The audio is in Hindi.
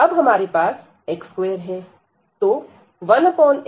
अब हमारे पास x2है तो 1x2